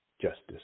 justice